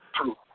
True